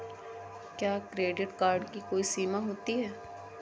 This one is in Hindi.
क्या क्रेडिट कार्ड की कोई समय सीमा होती है?